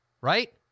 right